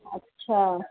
اچھا